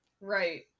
Right